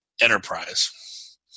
enterprise